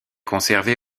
conservée